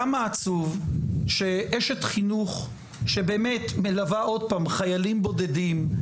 כמה עצוב שאשת חינוך שבאמת מלווה עוד פעם חיילים בודדים,